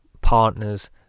partners